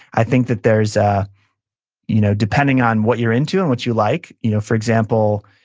i think that there's, ah you know depending on what you're into and what you like, you know for example,